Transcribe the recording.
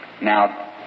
Now